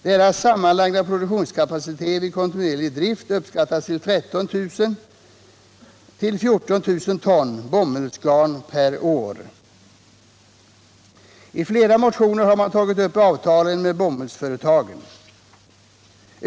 Deras sammanlagda produktionskapacitet vid kontinuerlig drift uppskattas till 13 000-14 000 ton bomullsgarn per år. I flera motioner har man tagit upp avtalen med bomullsföretagen.